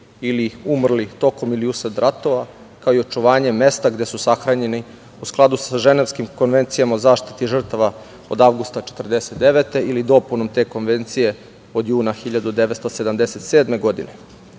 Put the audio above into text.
ili umrle tokom ratova, kao i očuvanje mesta gde su sahranjeni u skladu sa Ženevskim konvencijama o zaštiti žrtava, od avgusta 1949. godine i dopunom te konvencije od juna od 1977. godine.